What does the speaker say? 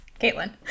Caitlin